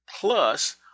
plus